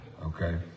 okay